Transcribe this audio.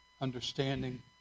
understanding